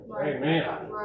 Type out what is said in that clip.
Amen